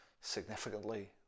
significantly